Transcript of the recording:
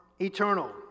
eternal